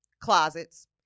closets